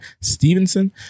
Stevenson